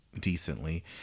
decently